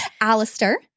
Alistair